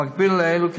במקביל לאלו,